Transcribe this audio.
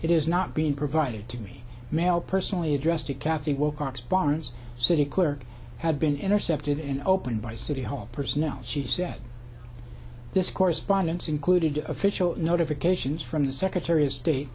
it is not being provided to me mail personally addressed to cathy wilcox barnes city clerk had been intercepted in open by city hall personnel she said this correspondence included official notifications from the secretary of state